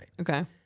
Okay